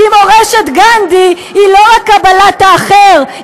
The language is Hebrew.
כי מורשת גנדי היא לא רק קבלת האחר,